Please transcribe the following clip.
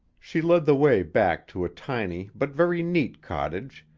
she led the way back to a tiny but very neat cottage,